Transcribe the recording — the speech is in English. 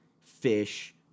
fish